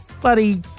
Bloody